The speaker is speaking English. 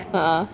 uh uh